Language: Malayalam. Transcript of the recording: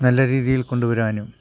നല്ലരീതിയില് കൊണ്ടുവരാനും